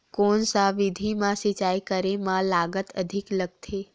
कोन सा विधि म सिंचाई करे म लागत अधिक लगथे?